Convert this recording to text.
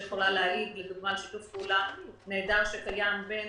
שיכולה להעיד על שיתוף פעולה שיש בין